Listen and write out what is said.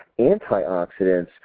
Antioxidants